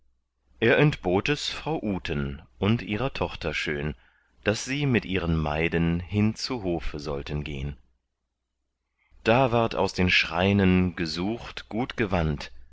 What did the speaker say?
er entbot es frau uten und ihrer tochter schön daß sie mit ihren maiden hin zu hofe sollten gehn da ward aus den schreinen gesucht gut gewand